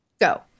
go